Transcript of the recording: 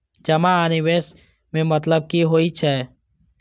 जमा आ निवेश में मतलब कि होई छै?